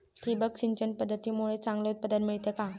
ठिबक सिंचन पद्धतीमुळे चांगले उत्पादन मिळते का?